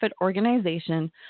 organization